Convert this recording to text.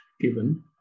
given